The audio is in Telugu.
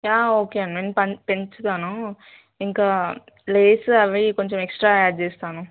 ఓకే అండి నేను పెంచుతాను ఇంకా లేస్ అవి కొంచెం ఎక్స్ట్రా యాడ్ చేస్తాను